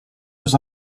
his